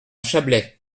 chablais